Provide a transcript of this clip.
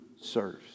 serves